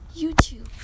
youtube